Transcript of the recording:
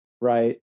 right